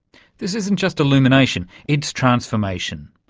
this isn't just illumination, it's transformation.